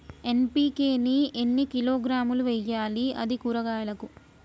NPK ని ఎన్ని కిలోగ్రాములు వెయ్యాలి? అది కూరగాయలకు?